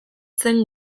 zen